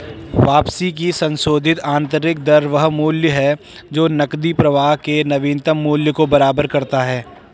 वापसी की संशोधित आंतरिक दर वह मूल्य है जो नकदी प्रवाह के नवीनतम मूल्य को बराबर करता है